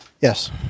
Yes